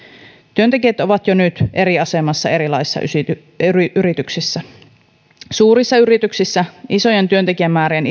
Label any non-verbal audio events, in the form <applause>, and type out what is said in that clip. työntekijät ovat jo nyt eri asemassa erilaisissa yrityksissä yrityksissä suurissa yrityksissä isojen työntekijämäärien <unintelligible>